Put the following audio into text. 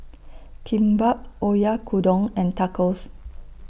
Kimbap Oyakodon and Tacos